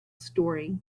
story